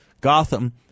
Gotham